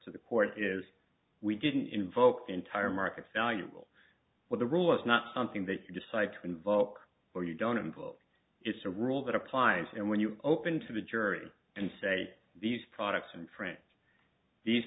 to the court is we didn't invoke the entire markets valuable for the rule it's not something that you decide to invoke or you don't invoke it's a rule that applies and when you open to the jury and say these products in france these